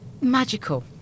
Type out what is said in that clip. magical